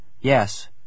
Yes